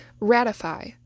Ratify